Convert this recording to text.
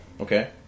Okay